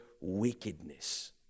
wickedness